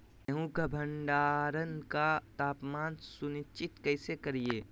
गेहूं का भंडारण का तापमान सुनिश्चित कैसे करिये?